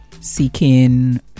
seeking